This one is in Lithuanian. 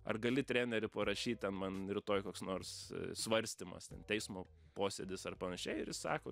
ar gali treneri parašyt ten man rytoj koks nors svarstymas ten teismo posėdis ar panašiai ir jis sako